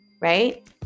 right